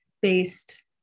based